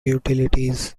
utilities